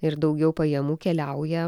ir daugiau pajamų keliauja